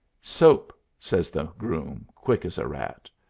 soap! says the groom, quick as a rat.